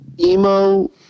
emo